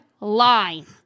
line